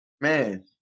man